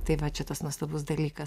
tai va čia tas nuostabus dalykas